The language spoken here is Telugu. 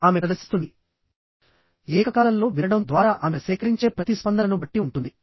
ఆమె ప్రదర్శిస్తుంది ఏకకాలంలో వినడం ద్వారా ఆమె సేకరించే ప్రతిస్పందనను బట్టి ఉంటుంది